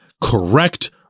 correct